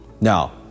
Now